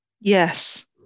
Yes